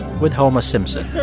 with homer simpson